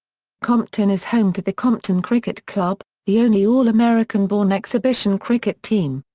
compton is home to the compton cricket club, the only all american-born exhibition cricket team.